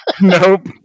Nope